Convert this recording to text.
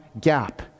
gap